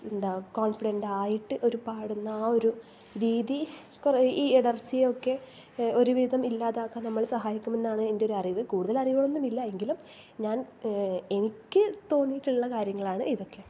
എന്താണ് കോൺഫിഡൻ്റായിട്ട് ഒരു പാടുന്ന ആ ഒരു രീതി കുറെ ഈ ഇടർച്ചയൊക്കെ ഒരു വിധം ഇല്ലാതാക്കാൻ നമ്മൾ സഹായിക്കുമെന്നാണ് എൻ്റെ ഒരു അറിവ് കൂടുതൽ അറിവുകളൊന്നുമില്ല എങ്കിലും ഞാൻ എനിക്ക് തോന്നിയിട്ടുള്ള കാര്യങ്ങളാണ് ഇതൊക്കെ